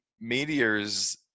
meteors